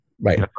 Right